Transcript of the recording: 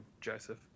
Joseph